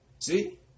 See